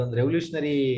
revolutionary